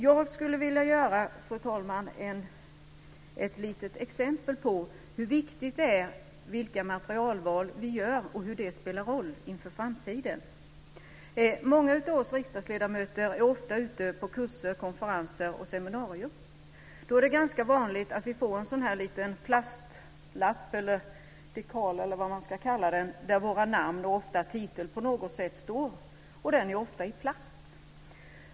Jag skulle vilja ta ett litet exempel på hur viktigt det är med vilka materialval vi gör och hur de spelar roll inför framtiden. Många av oss riksdagsledamöter är ofta ute på kurser, konferenser och seminarier. Då är det ganska vanligt att vi får en liten plastlapp eller dekal där våra namn och ofta titel på något sätt står, och den är ofta i plast.